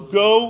go